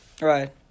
Right